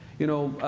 you know,